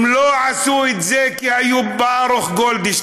הם לא עשו את זה כי היו ברוך גולדשטיין,